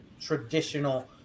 traditional